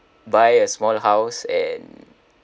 buy a small house and